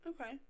Okay